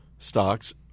stocks